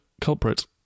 culprit